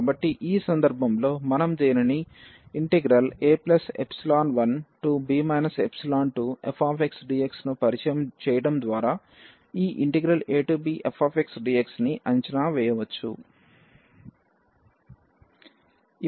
కాబట్టి ఈ సందర్భంలో మనం దీనిని a1b 2fxdx ను పరిచయం చేయడం ద్వారా ఈ abfxdx ని అంచనా వేయవచ్చు